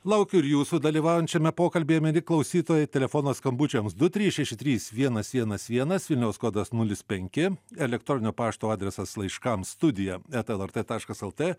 laukiu ir jūsų dalyvaujant šiame pokalbyje mieli klausytojai telefonas skambučiams du trys šeši trys vienas vienas vienas vilniaus kodas nulis penki elektroninio pašto adresas laiškams studija eta lrt taškas lt